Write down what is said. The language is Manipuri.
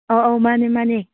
ꯑꯧ ꯑꯧ ꯃꯥꯅꯦ ꯃꯥꯅꯦ